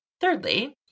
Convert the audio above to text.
Thirdly